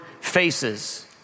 faces